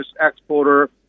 exporter